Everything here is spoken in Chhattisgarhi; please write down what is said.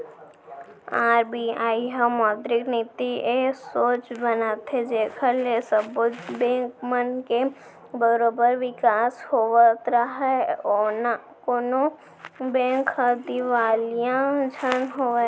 आर.बी.आई ह मौद्रिक नीति ए सोच बनाथे जेखर ले सब्बो बेंक मन के बरोबर बिकास होवत राहय कोनो बेंक ह दिवालिया झन होवय